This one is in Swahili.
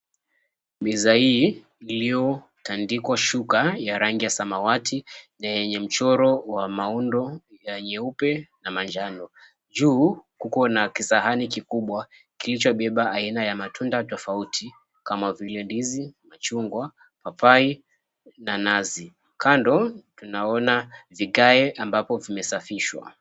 Meza hii iliyotandikwa shuka ya rangi ya samawati na yenye mchoro wa maondo ya nyeupe na manjano. Juu kuko nna kisahani kikubwa kilichobeba aina ya matuna tofauti kama vile ndizi, machungwa, papai na nazi. Kando tunaona vigae ambavyo vimesafishwa